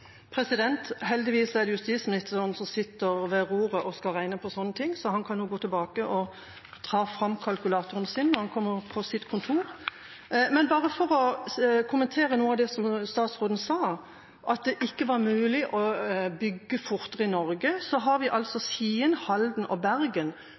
Heldigvis er det justisministeren som sitter ved roret og skal regne på sånne ting, så han kan jo gå tilbake og ta fram kalkulatoren sin når han kommer på sitt kontor. Men for å kommentere noe av det som statsråden sa, at det ikke var mulig å bygge fortere i Norge: Vi har